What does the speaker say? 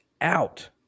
out